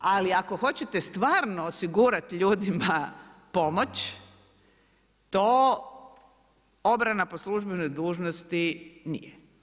Ali, ako hoćete stvarno osigurati ljudima pomažu, to obrana po službenoj dužnosti nije.